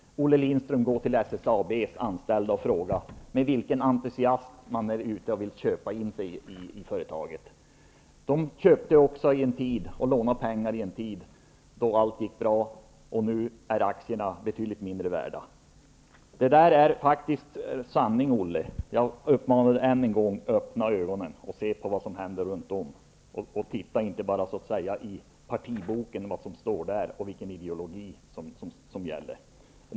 Jag vill uppmana Olle Lindström att gå till SSAB:s anställda och ta reda på med vilken entusiasm de vill köpa in sig i företaget. De lånade pengar och köpte in sig vid en tid då allt gick bra. Nu är aktierna betydligt mindre värda. Det är sanningen, Olle Lindström. Jag uppmanar Olle Lindström än en gång att öppna ögonen och se på vad som händer runt omkring och inte bara titta vad som står i partiboken om vilken ideologi som gäller.